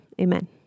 Amen